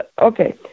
Okay